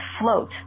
float